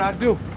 um do